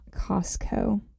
Costco